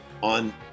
on